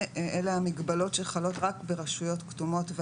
כי שאר הכיתות מחוסנות ב-100%.